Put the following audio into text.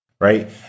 Right